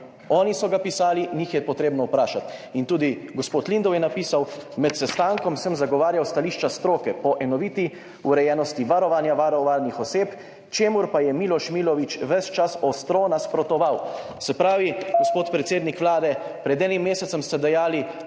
Oni so ga pisali, jih je potrebno vprašati. In tudi gospod Lindav je napisal: »Med sestankom sem zagovarjal stališča stroke po enoviti urejenosti varovanja varovanih oseb, čemur pa je Miloš Milović ves čas ostro nasprotoval«. Se pravi, gospod predsednik Vlade, pred enim mesecem ste dejali,